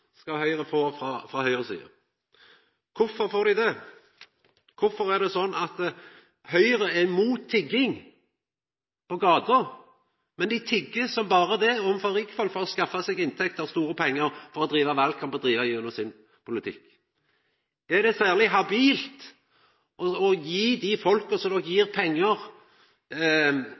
skal Høgre få frå høgresida. Kvifor får dei det? Kvifor er det slik at Høgre er imot tigging på gata, men dei tigg som berre det overfor rikfolk for å skaffa seg inntekter og store pengar for å driva valkamp og driva gjennom sin politikk? Er det særleg habilt å gje dei folka som gjev pengar,